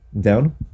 down